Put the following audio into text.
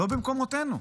לא במקומותינו.